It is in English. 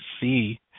see